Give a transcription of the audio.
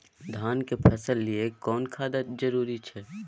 धान के फसल के लिये केना खाद जरूरी छै?